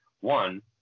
One